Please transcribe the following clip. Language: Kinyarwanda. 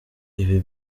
ibi